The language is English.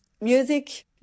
music